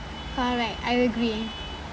correct I agree